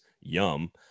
yum